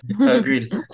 Agreed